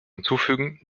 hinzufügen